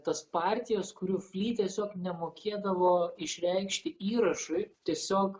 tas partijas kurių fli tiesiog nemokėdavo išreikšti įrašui tiesiog